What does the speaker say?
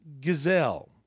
gazelle